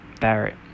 Barrett